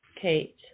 Kate